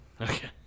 Okay